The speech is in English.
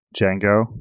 Django